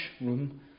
room